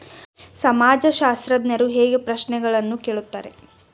ಸಮಾಜಶಾಸ್ತ್ರಜ್ಞರು ಹೇಗೆ ಪ್ರಶ್ನೆಗಳನ್ನು ಕೇಳುತ್ತಾರೆ?